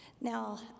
Now